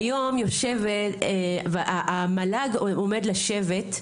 היום המל"ג עומד לשבת,